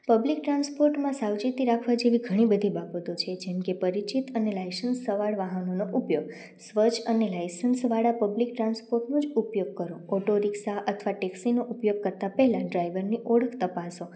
public ટ્રાન્સપોર્ટમાં સાવચેતી રાખવા જેવી ઘણી બધી બાબતો છે જેમ કે પરિચિત અને લાઇસન્સવાળા વાહનોનો ઉપયોગ સ્વચ્છ અને લાઇસન્સ વાળા પબ્લિક ટ્રાન્સપોર્ટનું જ ઉપયોગ કરો ઓટો રીક્ષા અથવા ટેક્સીનો ઉપયોગ કરતા પહેલાં ડ્રાઇવરની ઓળખ તપાસો